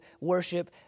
worship